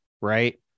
right